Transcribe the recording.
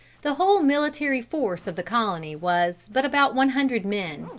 the whole military force of the colony was but about one hundred men.